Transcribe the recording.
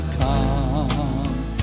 come